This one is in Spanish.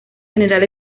general